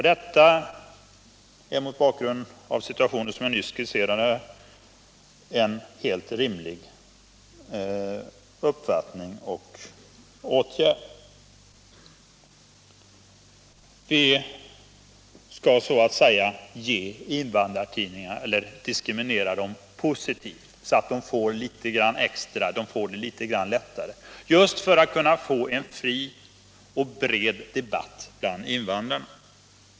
Detta är mot bakgrund av den situation som jag nyss skisserade helt rimligt. Vi skall så att säga diskriminera invandrartidningarna positivt, så att de får det litet grand lättare, just för att vi skall kunna åstadkomma en fri och bred debatt bland invandrarna.